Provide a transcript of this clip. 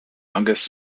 youngest